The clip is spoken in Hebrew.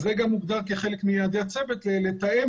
זה גם הוגדר כחלק מיעדי הצוות לתאם